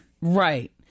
Right